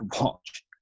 watch